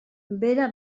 bera